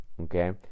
okay